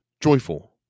joyful